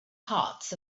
hearts